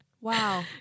Wow